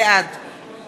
בעד